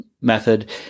method